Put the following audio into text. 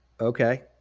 Okay